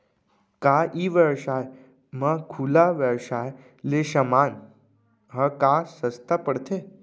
का ई व्यवसाय म खुला व्यवसाय ले समान ह का सस्ता पढ़थे?